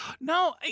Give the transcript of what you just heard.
No